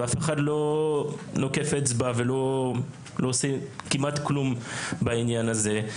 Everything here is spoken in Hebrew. ואף אחד לא נוקף אצבע ולא עושה כמעט כלום בעניין הזה.